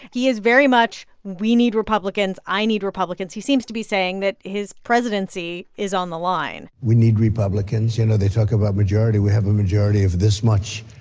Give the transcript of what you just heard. he is very much we need republicans. i need republicans. he seems to be saying that his presidency is on the line we need republicans. you know, they talk about majority. we have a majority of this much.